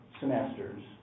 semesters